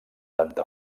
tanta